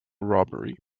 robbery